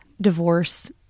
divorce